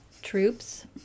Troops